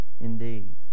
indeed